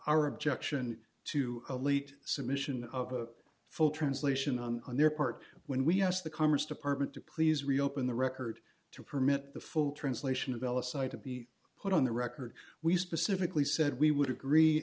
our objection to elite submission of a full translation on their part when we asked the commerce department to please reopen the record to permit the full translation of l s i to be put on the record we specifically said we would agree